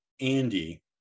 Andy